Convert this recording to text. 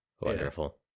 Wonderful